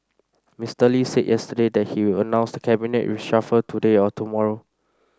Mister Lee said yesterday that he will announce cabinet reshuffle today or tomorrow